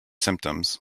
symptoms